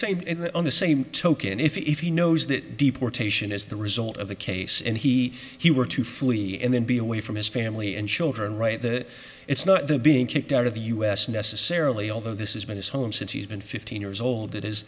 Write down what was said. same on the same token if he knows that deportation is the result of the case and he he were to flee and then be away from his family and children right that it's not they're being kicked out of the u s necessarily although this is been his home since he's been fifteen years old that is